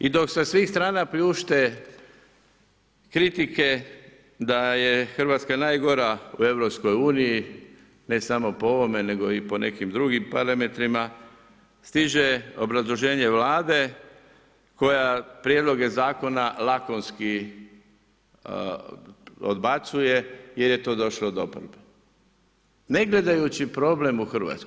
I dok sa svih strana pljušte kritike da je Hrvatska najgora u EU, ne samo po ovome nego i po nekim drugim parametrima, stiže obrazloženje Vlade koja prijedlog zakone lakonski odbacuje jer je to došlo od oporbe ne gledajući problem u Hrvatskoj.